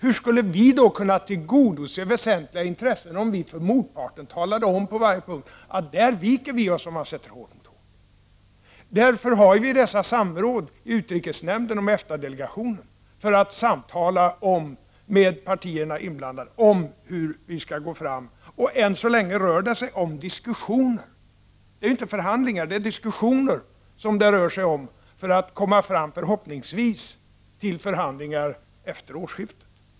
Hur skulle vi kunna tillgodose våra väsentliga intressen, om vi för motparten på punkt efter punkt talade om att vi kommer att vika oss, om man sätter hårt mot hårt? Vi har våra samråd i utrikesnämnden och i EFTA-delegationen för att samtala med de inblandade partierna om hur vi skall gå fram. Ännu så länge rör det sig om diskussioner, inte om förhandlingar. Vi skall förhoppningsvis komma fram till förhandlingar efter årsskiftet.